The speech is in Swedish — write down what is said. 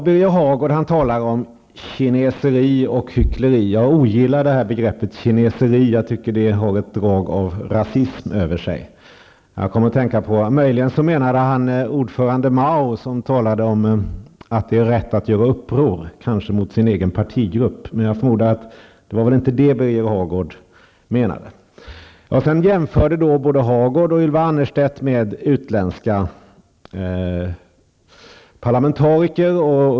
Birger Hagård talar om kineseri och hyckleri. Jag ogillar begreppet kineseri. Jag tycker det har ett drag av rasism över sig. Möjligen menade han ordförande Mao, som talade om att det är rätt att göra uppror, kanske mot sin egen partigrupp. Men jag förmodar att det inte var detta Birger Hagård menade. Sedan jämförde både Birger Hagård och Ylva Annerstedt med utländska parlamentariker.